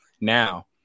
Now